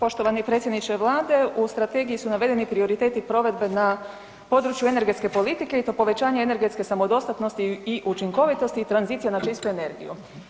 Poštovani predsjedniče Vlade, u Strategiji su navedeni prioriteti provedbe na području energetske politike i to povećanje energetske samodostatnosti i učinkovitosti i tranzicije na čistu energiju.